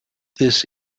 this